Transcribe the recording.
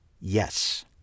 Yes